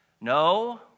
No